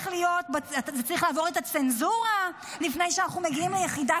צריך לעבור את הצנזורה לפני שאנחנו מגיעים ליחידה